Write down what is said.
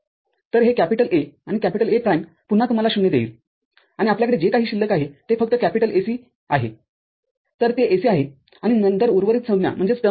तरहे A आणि A प्राईमपुन्हा तुम्हाला ० देईल आणि आपल्याकडे जे काही शिल्लक आहे ते फक्त AC आहेतर ते AC आहे आणि नंतर उर्वरित संज्ञाआहेत